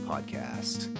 podcast